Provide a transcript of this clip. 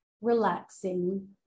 relaxing